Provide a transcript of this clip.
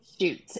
Shoot